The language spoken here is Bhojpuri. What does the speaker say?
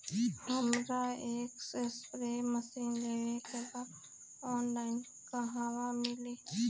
हमरा एक स्प्रे मशीन लेवे के बा ऑनलाइन कहवा मिली?